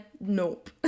Nope